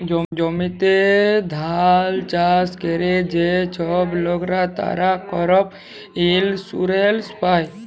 জমিতে ধাল চাষ ক্যরে যে ছব লকরা, তারা করপ ইলসুরেলস পায়